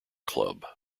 club